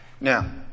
Now